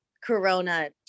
Corona